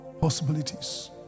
Possibilities